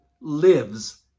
lives